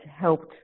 helped